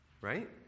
right